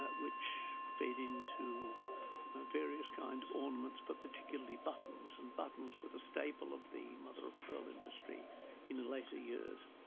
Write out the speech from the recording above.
ah which fed into various kinds of ornaments but particularly buttons, and buttons were the staple of the mother-of-pearl industry in later years.